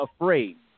afraid